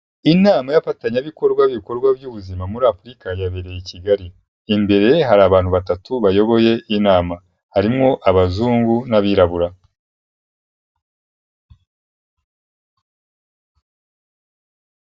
Inama y'abafatanyabikorwa y'ibikorwa by'ubuzima muri Afurika yabereye i Kigali, imbere hari abantu batatu bayoboye inama, harimwo abazungu n'abirabura.